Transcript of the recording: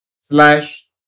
slash